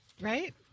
Right